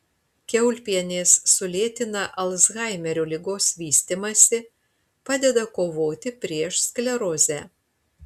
kiaulpienės sulėtina alzhaimerio ligos vystymąsi padeda kovoti prieš sklerozę